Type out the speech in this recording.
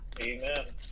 Amen